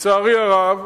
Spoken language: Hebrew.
לצערי הרב,